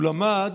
הוא למד